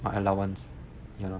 my allowance ya lor